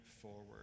forward